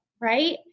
right